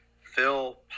Phil